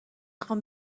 خوام